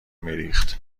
میریخت